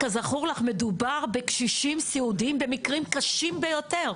כזכור לך מדובר בקשישים סיעודיים במקרים קשים ביותר.